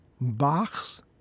Bach's